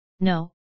No